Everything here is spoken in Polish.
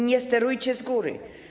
Nie sterujcie z góry.